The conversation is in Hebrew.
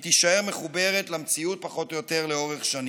היא תישאר מחוברת למציאות פחות או יותר לאורך שנים.